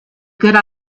good